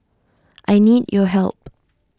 I need your help